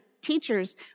teachers